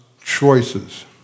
choices